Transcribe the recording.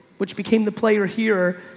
which became the player here.